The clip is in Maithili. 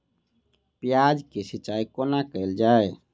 प्याज केँ सिचाई कोना कैल जाए?